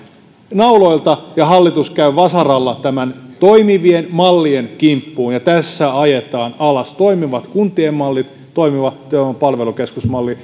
nauloilta ja hallitus käy vasaralla näiden toimivien mallien kimppuun tässä ajetaan alas toimivat kuntien mallit toimiva työvoiman palvelukeskus malli